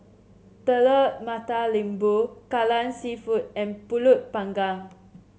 Telur Mata Lembu Kai Lan seafood and pulut panggang